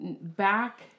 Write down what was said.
back